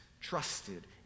trusted